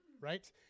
right